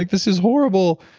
this is horrible.